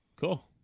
Cool